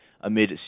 amid